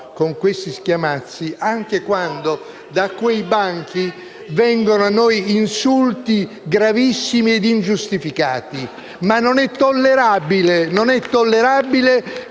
con questi schiamazzi, anche quando da quei banchi vengono a noi insulti gravissimi e ingiustificati*. (Applausi